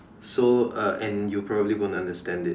so uh and you probably won't understand it